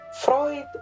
Freud